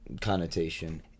connotation